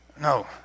No